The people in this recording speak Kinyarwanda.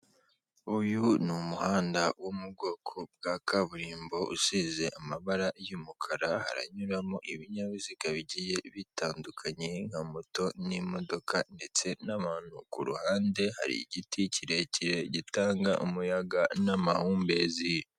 Uyu ni umuhanda wo mu bwoko bwa kaburimbo usize amabara y'umukara, haranyuramo ibinyabiziga bigiye bitandukanye nka moto n'imodoka ndetse n'abantu, ku ruhande hari igiti kirekire gitanga umuyaga n'amahumbezi.